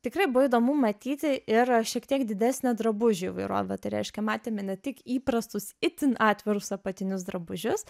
tikrai buvo įdomu matyti ir šiek tiek didesnę drabužių įvairovę tai reiškia matėme ne tik įprastus itin atvirus apatinius drabužius